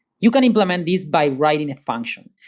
you can implement these by writing a function,